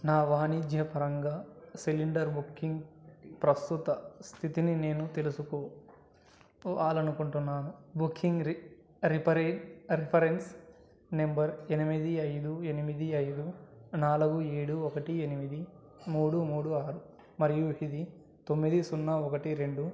నా వాణిజ్యపరంగా cylinder booking ప్రస్తుత స్థితిని నేను తెలుసుకో వాలనుకుంటున్నాను బుకింగ్ రి రిపరీ రిఫరెన్స్ నంబర్ ఎనిమిది ఐదు ఎనిమిది ఐదు నాలుగు ఏడు ఒకటి ఎనిమిది మూడు మూడు ఆరు మరియు ఇది తొమ్మిది సున్నా ఒకటి రెండు